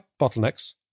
bottlenecks